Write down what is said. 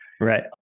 Right